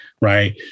Right